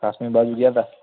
કાશ્મીર બાજુ ગયા હતા